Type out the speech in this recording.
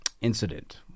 incident